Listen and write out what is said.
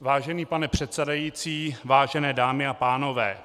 Vážený pane předsedající, vážené dámy a pánové,